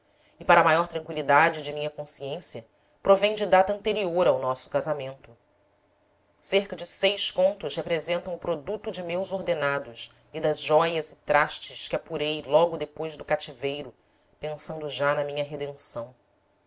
e para maior tranqüilidade de minha consciência provém de data anterior ao nosso casamento cerca de seis contos representam o produto de meus ordenados e das jóias e trastes que apurei logo depois do ca ti veiro pensando já na minha redenção